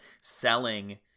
selling